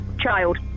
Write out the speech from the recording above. Child